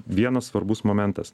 vienas svarbus momentas